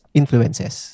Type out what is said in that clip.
influences